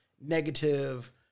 negative